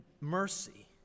mercy